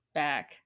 back